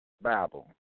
Bible